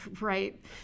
right